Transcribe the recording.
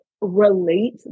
relate